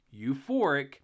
euphoric